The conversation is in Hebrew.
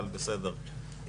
אבל בסדר.